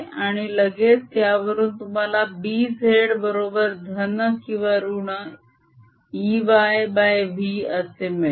आणि लगेच यावरून तुम्हाला Bz बरोबर धन किंवा ऋण Eyv मिळेल